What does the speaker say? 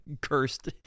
cursed